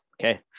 Okay